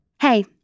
Hey